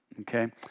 okay